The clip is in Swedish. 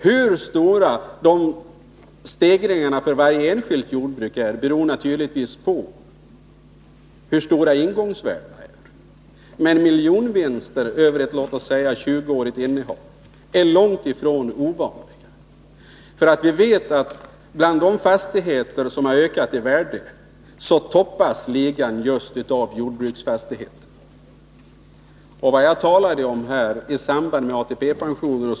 Hur stora de prisstegringarna för varje enskilt jordbruk är beror naturligtvis på hur stora ingångsvärdena är, men miljonvinster över låt oss säga ett 20-årigt innehav är långt ifrån ovanliga. Vi vet att bland de fastigheter som ökat i värde toppas ligan just av jordbruksfastigheter. Vad jag talade om i samband med ATP-pensioner etc.